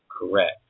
correct